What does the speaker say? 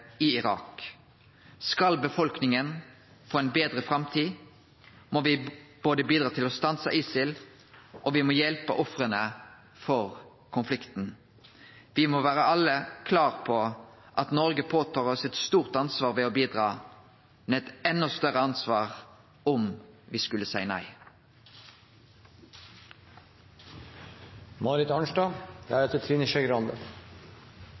i Irak. Skal befolkninga få ei betre framtid, må me både bidra til å stanse ISIL og bidra til å hjelpe offera for konflikten. Me må alle vere klare på at Noreg tar på seg eit stort ansvar ved å bidra, men eit enda større ansvar om me skulle seie